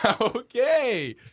okay